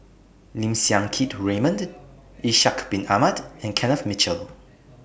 Lim Siang Keat Raymond Ishak Bin Ahmad and Kenneth Mitchell